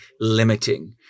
limiting